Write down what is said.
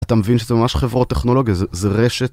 אתה מבין שזה ממש חברות טכנולוגיות, זה רשת.